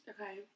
Okay